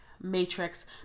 Matrix